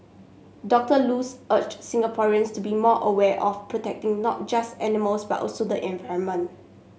Doctor Luz urged Singaporeans to be more aware of protecting not just animals but also the environment